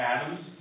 Atoms